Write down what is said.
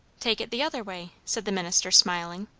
take it the other way, said the minister, smiling.